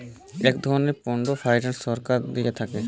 এক ধরনের pooled finance সরকার থিকে দেয়